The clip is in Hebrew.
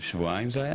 שבועיים זה היה.